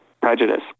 prejudice